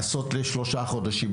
לעשות לשלושה חודשים,